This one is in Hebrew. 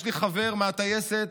יש לי חבר מהטייסת